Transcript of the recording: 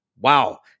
Wow